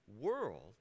world